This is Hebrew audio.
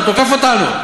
ואתה תוקף אותנו,